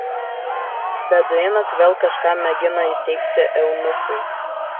beduinas vėl kažką mėgino įteigti eunuchui